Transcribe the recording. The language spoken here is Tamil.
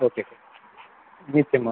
ஓகே சார் நிச்சயமா